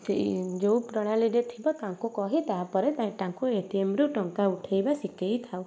ସେଇ ଯେଉଁ ପ୍ରଣାଳିରେ ଥିବ ତାଙ୍କୁ କହି ତାପରେ ତାଙ୍କୁ ଏଟିଏମ୍ରୁ ଟଙ୍କା ଉଠାଇବା ଶିକାଇ ଥାଉ